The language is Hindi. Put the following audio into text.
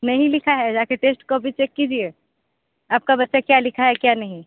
नहीं लिखा है जाकर टेस्ट कॉपी चेक कीजिए आपका बच्चा क्या लिखा है क्या नहीं